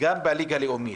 גם בליגה הלאומית,